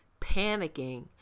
panicking